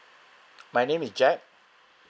my name is jack